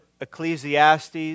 Ecclesiastes